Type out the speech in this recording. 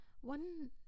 one